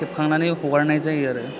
खेबखांनानै हगारनाय जायो आरो